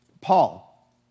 Paul